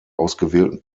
ausgewählten